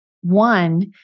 one